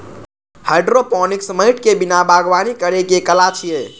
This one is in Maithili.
हाइड्रोपोनिक्स माटि के बिना बागवानी करै के कला छियै